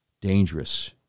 dangerous